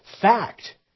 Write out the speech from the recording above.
fact